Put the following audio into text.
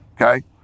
okay